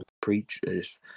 preachers